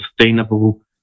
sustainable